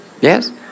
Yes